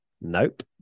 Nope